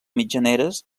mitjaneres